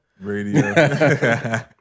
Radio